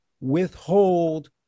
withhold